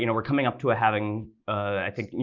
you know we're coming up to a halving i think you